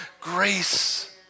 grace